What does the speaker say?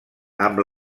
amb